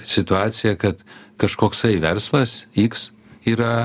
situaciją kad kažkoksai verslas iks yra